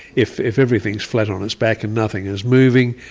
if if everything's flat on its back and nothing is moving,